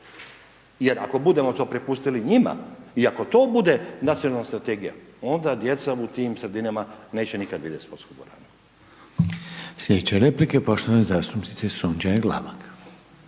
Jer ako budemo to propustili njima i ako to bude nacionalna strategija onda djeca u tim sredinama neće nikada vidjeti sportsku dvoranu. **Reiner, Željko (HDZ)** Sljedeća replika je poštovane zastupnice Sunčane Glavak.